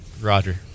Roger